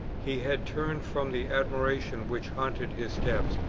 he had turned from the admiration which haunted his steps,